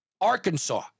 Arkansas